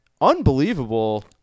unbelievable